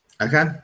Okay